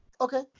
Okay